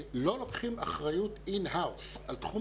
לא לוקחים אחריות in house על תחום